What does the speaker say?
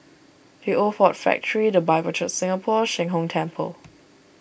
the Old Ford Factor the Bible Church Singapore Sheng Hong Temple